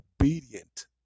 obedient